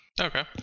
Okay